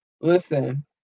listen